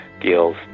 deals